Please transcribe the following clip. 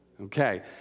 Okay